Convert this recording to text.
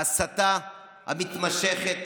ההסתה המתמשכת